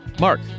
Mark